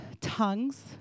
tongues